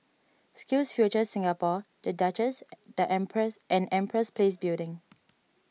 SkillsFuture Singapore the Duchess the Empress and Empress Place Building